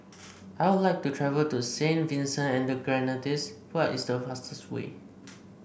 I would like to travel to Saint Vincent and the Grenadines what is the fastest way there